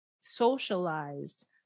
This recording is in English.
socialized